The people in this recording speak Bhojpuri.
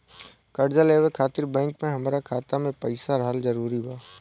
कर्जा लेवे खातिर बैंक मे हमरा खाता मे पईसा रहल जरूरी बा?